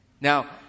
now